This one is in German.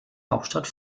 hauptstadt